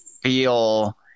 feel